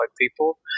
people